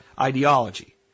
ideology